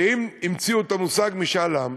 ואם המציאו את המושג "משאל עם"